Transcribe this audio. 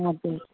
हजुर